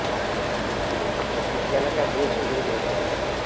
आणि बर त्या पिंट्याला काय ड्रेस वगैरे घ्यायचा आहे काय